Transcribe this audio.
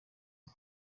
uwo